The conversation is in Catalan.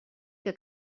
que